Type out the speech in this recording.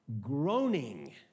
groaning